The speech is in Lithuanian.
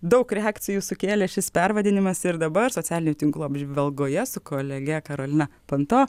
daug reakcijų sukėlė šis pervadinimas ir dabar socialinių tinklų apžvalgoje su kolege karolina panto